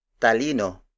talino